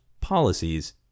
policies